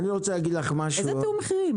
איזה תיאום מחירים?